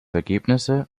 ergebnisse